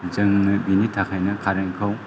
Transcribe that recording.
जोंनो बिनि थाखायनो कारेन्त खौ